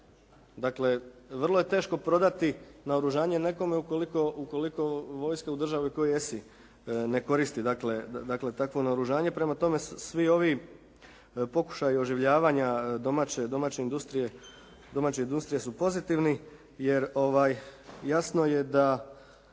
Dakle, vrlo je teško prodati naoružanje nekome ukoliko vojska u državi u kojoj jesi ne koristi takvo naoružanje. Prema tome, svi ovi pokušaji oživljavanja domaće industrije su pozitivni jer jasno je da